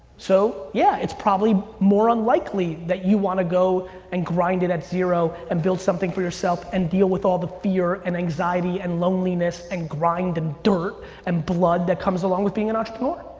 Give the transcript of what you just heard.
so, yeah, it's probably more unlikely that you wanna go and grind it at zero and build something for yourself and deal with all the fear and anxiety and loneliness and grind the dirt and blood that comes along with being an entrepreneur,